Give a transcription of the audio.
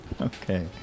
Okay